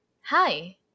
hi